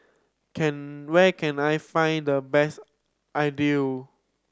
can where can I find the best